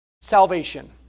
Salvation